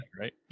Right